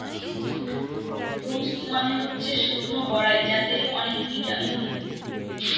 prunes মানে হচ্ছে শুকনো বরাই যাতে অনেক ভিটামিন থাকে